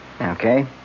Okay